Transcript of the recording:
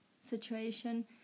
situation